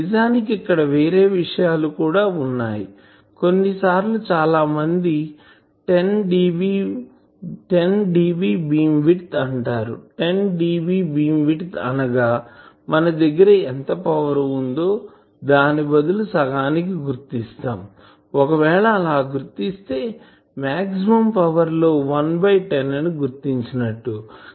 నిజానికి ఇక్కడ వేరే విషయాలు కూడా వున్నాయికొన్నిసార్లు చాలా మంది 10dB బీమ్ విడ్త్ అంటారు 10 dBబీమ్ విడ్త్ అనగా మన దగ్గర ఎంత పవర్ ఉందొ దాని బదులు సగానికి గుర్తిస్తాం ఒకవేళ ఆలా గుర్తిస్తే మాక్సిమం పవర్ లో1 బై 10 ని గుర్తించినట్టు